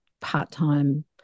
part-time